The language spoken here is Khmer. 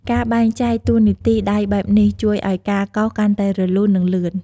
ការបែងចែកតួនាទីដៃបែបនេះ ជួយឱ្យការកោសកាន់តែរលូន និងលឿន។